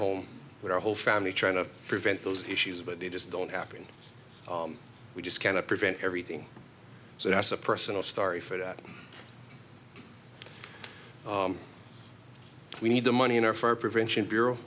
home with our whole family trying to prevent those issues but they just don't happen we just cannot prevent everything so that's a personal story for that we need the money in our fire prevention bureau